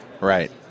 Right